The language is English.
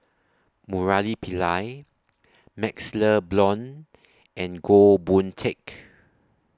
Murali Pillai MaxLe Blond and Goh Boon Teck